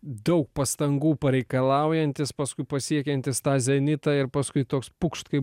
daug pastangų pareikalaujantys paskui pasiekiantys tą zenitą ir paskui toks pukšt kai